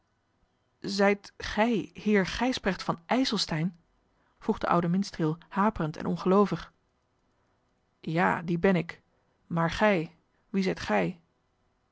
zijt gij heer gijsbrecht van ijselstein vroeg de oude minstreel haperend en ongeloovig ja die ben ik maar gij wie zijt gij